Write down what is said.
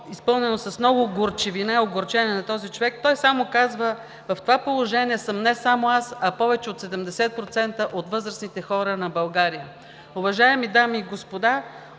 изпълнено с много горчивина, огорчение на този човек. Той само казва: „В това положение съм не само аз, а повече от 70% от възрастните хора на България“. Уважаеми дами и господа,